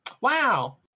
Wow